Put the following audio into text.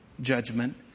judgment